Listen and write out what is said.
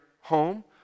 home